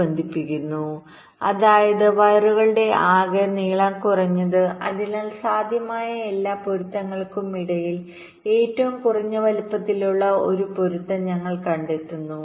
ബന്ധിപ്പിക്കുന്നു അതായത് വയറുകളുടെ ആകെ നീളം കുറഞ്ഞത് അതിനാൽ സാധ്യമായ എല്ലാ പൊരുത്തങ്ങൾക്കും ഇടയിൽ ഏറ്റവും കുറഞ്ഞ വലുപ്പമുള്ള ഒരു പൊരുത്തം ഞങ്ങൾ കണ്ടെത്തുന്നു